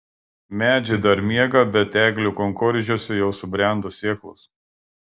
medžiai dar miega bet eglių kankorėžiuose jau subrendo sėklos